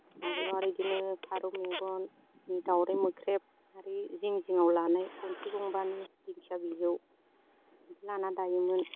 आगोलाव आरो इदिनो फारौ मेगन दाउराइ मोख्रेब आरो जिं जिङाव लानाय गनसि गंबानि दिंखिया बिजौ इदि लाना दायोमोन